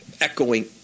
echoing